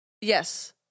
Yes